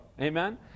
Amen